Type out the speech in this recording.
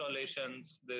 installations